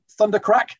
Thundercrack